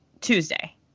Tuesday